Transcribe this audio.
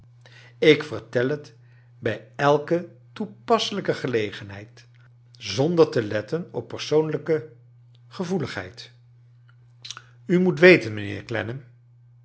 ik vertel het bij elke toepasselijke gelegenheid zonder te letten op persoonlijke gevoeligheid u moet weten